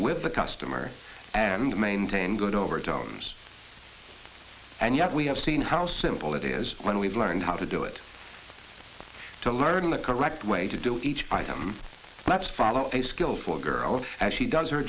with the customer and maintain good overtones and yet we have seen how simple it is when we've learned how to do it to learn the correct way to do each item that's follow a skill for a girl as she does her